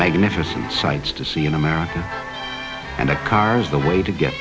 magnificent sights to see in america and the cars the way to get